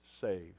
saved